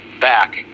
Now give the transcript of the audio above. back